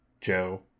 Joe